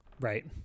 Right